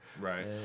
Right